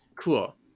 cool